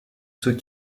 ceux